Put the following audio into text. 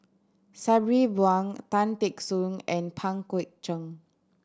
Sabri Buang Tan Teck Soon and Pang Guek Cheng